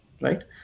Right